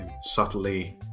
subtly